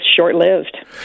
short-lived